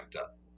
up